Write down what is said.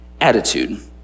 attitude